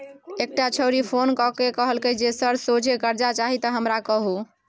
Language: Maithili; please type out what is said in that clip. एकटा छौड़ी फोन क कए कहलकै जे सर सोझे करजा चाही त हमरा कहु